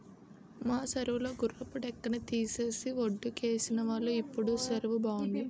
మా సెరువు లో గుర్రపు డెక్కని తీసేసి వొడ్డుకేసినారు ఇప్పుడు సెరువు బావుంది